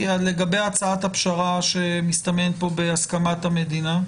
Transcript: להצעת הפשרה שמסתמנת פה בהסכמת המדינה,